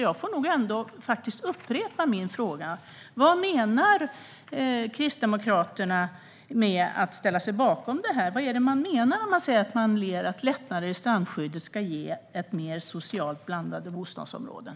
Jag får nog upprepa min fråga. Vad menar Kristdemokraterna med att ställa sig bakom det här? Vad är det man menar när man säger att lättnader i strandskyddet ska ge mer socialt blandade bostadsområden?